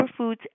superfoods